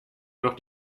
noch